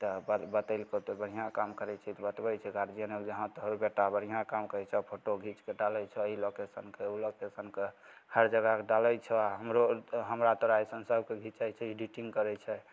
तऽ बस बतैलको तऽ बढ़िआँ काम करै छै तऽ बतबै छै गार्जिअनो जे हँ तोहर बेटा बढ़िआँ काम करै छऽ फोटो घिचिके डालै छऽ ई लोकेशनके ओ लोकेशनके हर जगहके डालै छऽ आओर हमरो आओर हमरा तोरा अइसन सभके घिचै छै एडिटिन्ग करै छै